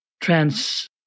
trans